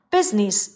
Business